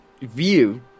view